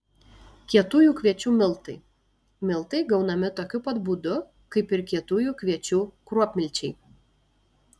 kietųjų kviečių miltai miltai gaunami tokiu pat būdu kaip ir kietųjų kviečių kruopmilčiai